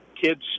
kids